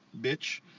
bitch